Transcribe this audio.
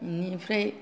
बेनिफ्राय